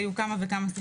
כמה וכמה,